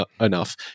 enough